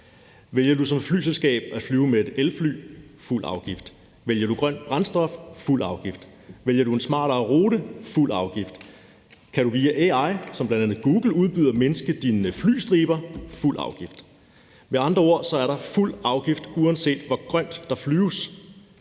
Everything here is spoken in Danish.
Vælger du som flyselskab at flyve med et elfly: fuld afgift. Vælger du grønt brændstof: fuld afgift. Vælger du en smartere rute: fuld afgift. Kan du via AI, som bl.a. Google udbyder, mindske dine flystriber: fuld afgift. Med andre ord er der fuld afgift, uanset hvor grønt der flyves.